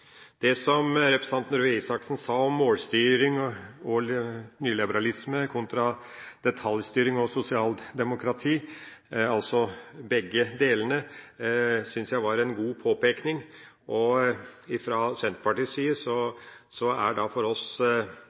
Det som representanten Røe Isaksen sa om målstyring og nyliberalisme kontra detaljstyring og sosialdemokrati, altså begge delene, syns jeg var en god påpeking. For Senterpartiet er det